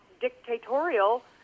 dictatorial